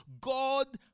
God